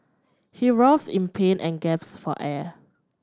he writhed in pain and gasped for air